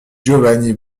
giovanni